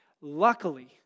Luckily